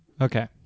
Okay